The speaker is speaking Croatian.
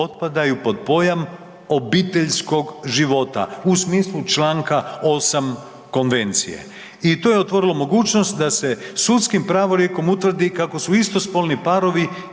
pod pojam obiteljskog života u smislu čl. 8. Konvencije i to je otvorilo mogućnost da se sudskim pravorijekom utvrdi kako su istospolni parovi